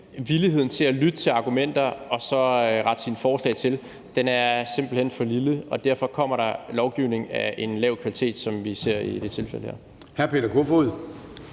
villigheden til at lytte til argumenter og så rette sine forslag til simpelt hen for lille, og derfor kommer der lovgivning af lav kvalitet, hvilket vi ser i det her tilfælde.